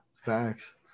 Facts